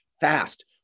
fast